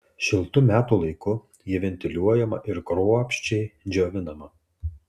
šiltu metų laiku ji ventiliuojama ir kruopščiai džiovinama